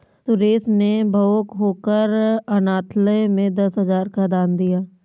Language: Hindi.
सुरेश ने भावुक होकर अनाथालय में दस हजार का दान दिया